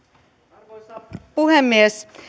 arvoisa puhemies